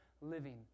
living